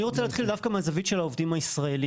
אני רוצה להתחיל דווקא מהזווית של העובדים הישראלים,